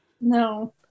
No